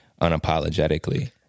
unapologetically